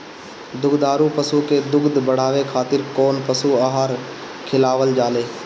दुग्धारू पशु के दुध बढ़ावे खातिर कौन पशु आहार खिलावल जाले?